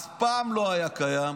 זה אף פעם לא היה קיים.